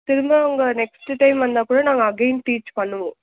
திரும்ப அவங்க next time வந்தால் கூட நாங்கள் அகைன் டீச் பண்ணுவோம்